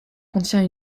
contient